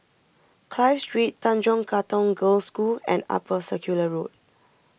Clive Street Tanjong Katong Girls' School and Upper Circular Road